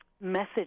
Message